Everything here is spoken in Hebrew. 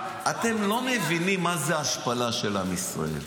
אתם לא מבינים מה זה השפלה של עם ישראל,